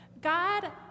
God